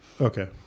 okay